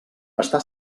està